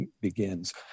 begins